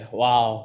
wow